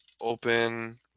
open